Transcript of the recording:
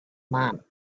man